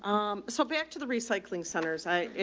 um, so back to the recycling centers. i it,